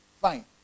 Fine